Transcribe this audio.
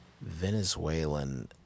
Venezuelan